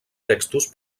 textos